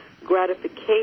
gratification